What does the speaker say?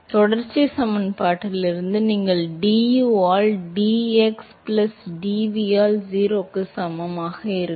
எனவே தொடர்ச்சி சமன்பாட்டிலிருந்து நீங்கள் du ஆல் dx பிளஸ் dv ஆல் 0 க்கு சமமாக இருக்கும்